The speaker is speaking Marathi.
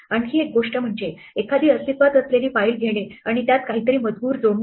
आणखी एक गोष्ट म्हणजे एखादी अस्तित्वात असलेली फाईल घेणे आणि त्यात काहीतरी मजकूर जोडणे